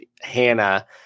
Hannah